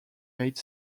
made